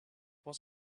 was